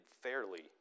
fairly